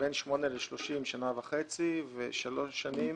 בין 30 מטר ל-8 מטר שנה וחצי, ושלוש שנים